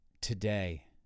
today